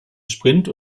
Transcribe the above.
sprint